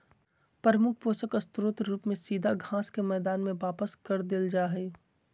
प्रमुख पोषक स्रोत रूप में सीधा घास के मैदान में वापस कर देल जा हइ